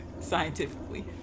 scientifically